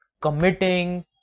Committing